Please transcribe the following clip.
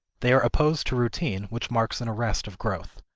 they are opposed to routine which marks an arrest of growth.